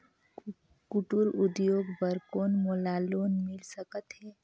कुटीर उद्योग बर कौन मोला लोन मिल सकत हे?